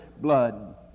blood